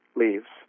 leaves